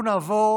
אנחנו נעבור